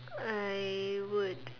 I would